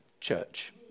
church